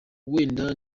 wenda